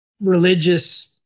religious